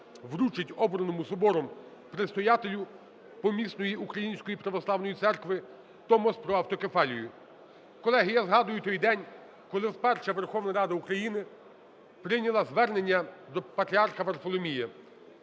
вручить обраному собором предстоятелю помісної української православної церкви Томос про автокефалію. Колеги, я згадую той день, коли вперше Верховна Рада України прийняла звернення до Патріарха Варфоломія.